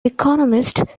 economist